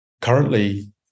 Currently